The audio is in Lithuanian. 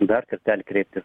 dar kartą kreiptis